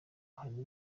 harimo